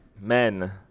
Men